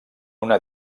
una